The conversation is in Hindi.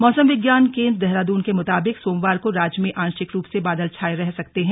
मौसम विज्ञान केंद्र देहरादून के मुताबिक सोमवार को राज्य में आंशिक रूप से बादल छाए रह सकते हैं